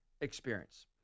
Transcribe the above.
experience